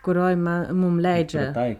kurioj me mum leidžia